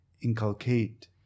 inculcate